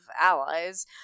allies